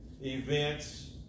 events